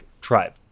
tribe